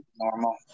normal